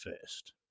first